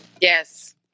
Yes